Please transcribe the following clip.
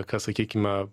kas sakykime